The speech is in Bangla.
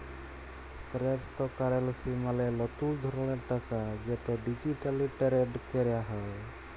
কেরেপ্তকারেলসি মালে লতুল ধরলের টাকা যেট ডিজিটালি টেরেড ক্যরা হ্যয়